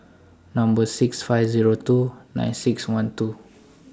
Number six five Zero two nine six one two